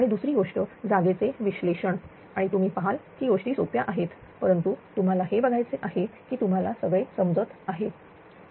आणि दुसरी गोष्ट जागेचे विश्लेषण आणि तुम्ही पहाल की गोष्टी सोप्या आहेत परंतु तुम्हाला हे बघायचे आहे की तुम्हाला सगळे समजत आहे